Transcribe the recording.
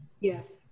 Yes